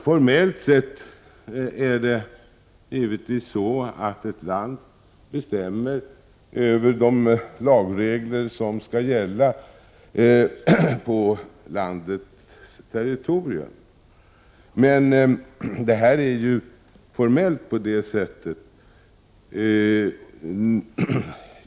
Formellt sett är det givetvis så att ett land bestämmer över de lagregler som skall gälla på 87 landets territorium.